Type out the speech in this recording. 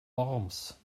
worms